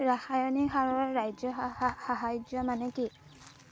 ৰাসায়নিক সাৰৰ ৰাজসাহায্য মানে কি